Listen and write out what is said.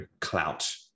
clout